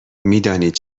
میدانید